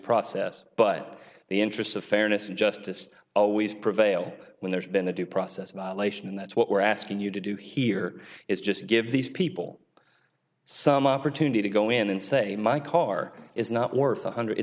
process but the interests of fairness and justice always prevail when there's been a due process violation and that's what we're asking you to do here is just give these people some opportunity to go in and say my car is not worth one hundred